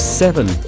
seven